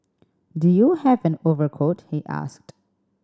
do you have an overcoat he asked